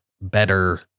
better